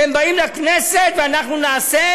שהם באים לכנסת ואנחנו נעשה